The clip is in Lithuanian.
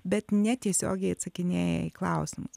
bet netiesiogiai atsakinėja į klausimus